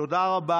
תודה רבה.